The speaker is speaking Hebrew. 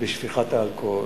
בשפיכת האלכוהול.